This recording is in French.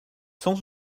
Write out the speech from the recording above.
sans